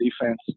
defense